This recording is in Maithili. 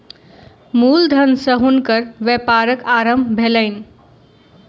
मूल धन सॅ हुनकर व्यापारक आरम्भ भेलैन